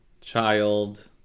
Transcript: child